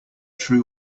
true